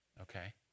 Okay